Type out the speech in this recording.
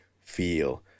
feel